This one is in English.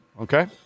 Okay